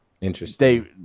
interesting